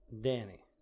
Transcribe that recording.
Danny